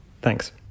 Thanks